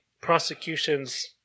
prosecution's